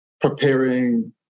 preparing